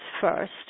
first